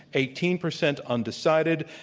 eighteen percent undecided.